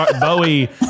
Bowie